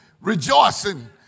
rejoicing